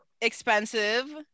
expensive